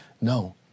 No